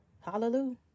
hallelujah